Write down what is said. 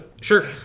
Sure